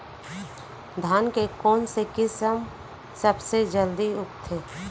धान के कोन से किसम सबसे जलदी उगथे?